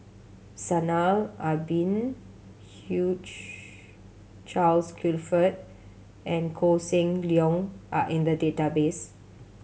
Zainal Abidin Charles Clifford and Koh Seng Leong are in the database